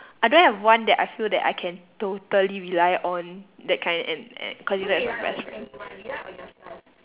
I don't have one that I feel that I can totally rely on that kind and and consider as my best friend